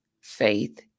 faith